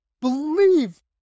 Believe